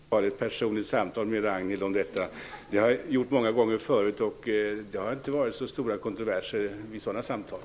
Fru talman! Jag får ha ett personligt samtal med Ragnhild Pohanka om detta. Det har jag haft många gånger förut, och det har inte varit så stora kontroverser vid sådana samtal.